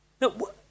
No